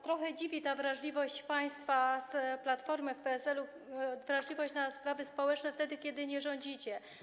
Trochę dziwi ta wrażliwość państwa z Platformy i PSL-u na sprawy społeczne wtedy, kiedy nie rządzicie.